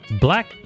Black